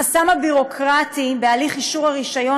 החסם הביורוקרטי בהליך אישור הרישיון